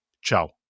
ciao